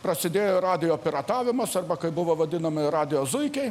prasidėjo radijo piratavimas arba kaip buvo vadinami radijo zuikiai